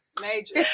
major